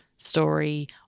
story